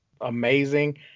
amazing